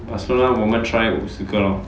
barcelona 我们 try 五十个 lor